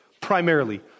primarily